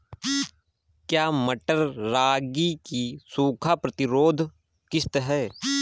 क्या मटर रागी की सूखा प्रतिरोध किश्त है?